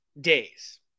days